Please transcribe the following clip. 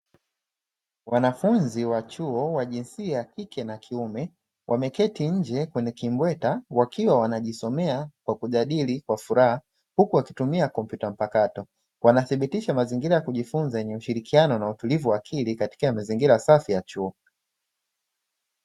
Wanafunzi wa chuo, wa jinsia ya kike na kiume, wameketi nje kwenye kimbweta wakiwa wanajisomea kwa kujadili kwa furaha, huku wakitumia kompyuta mpakato. Wanathibitisha mazingira ya kujifunza yenye ushirikiano na utulivu wa akili katika mazingira safi ya chuo.